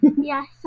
Yes